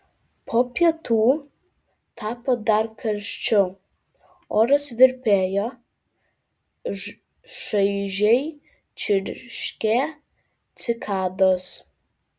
po pietų tapo dar karščiau oras virpėjo šaižiai čirškė cikados